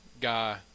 guy